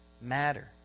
matter